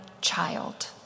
child